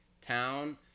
town